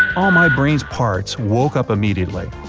all my brain's parts woke up immediately.